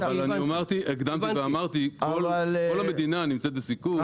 אבל הקדמתי ואמרתי, כל המדינה נמצאת בסיכון.